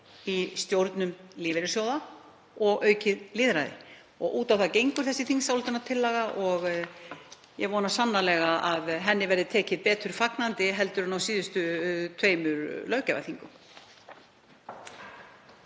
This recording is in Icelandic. í stjórnum lífeyrissjóða og aukið lýðræði og út á það gengur þessi þingsályktunartillaga. Ég vona sannarlega að henni verði tekið betur en á síðustu tveimur löggjafarþingum.